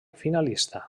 finalista